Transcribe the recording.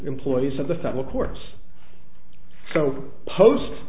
employees of the federal courts so post